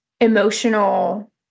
emotional